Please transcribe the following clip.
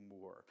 more